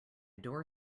door